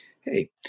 hey